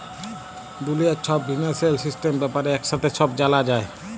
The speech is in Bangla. দুলিয়ার ছব ফিন্সিয়াল সিস্টেম ব্যাপারে একসাথে ছব জালা যায়